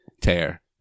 tear